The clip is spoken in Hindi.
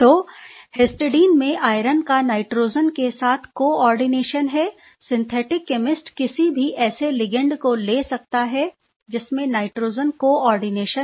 तो हिस्टडीन में आयरन का नाइट्रोजन के साथ कोऑर्डिनेशन है सिंथेटिक केमिस्ट किसी भी ऐसे लिगंड को ले सकता है जिसमें नाइट्रोजन कोआर्डिनेशन हो